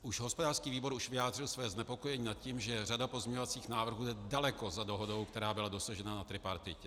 Už hospodářský výbor vyjádřil své znepokojení nad tím, že řada pozměňovacích návrhů je daleko za dohodou, která byla dosažena na tripartitě.